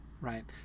right